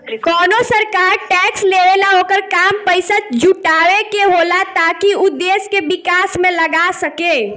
कवनो सरकार टैक्स लेवेला ओकर काम पइसा जुटावे के होला ताकि उ देश के विकास में लगा सके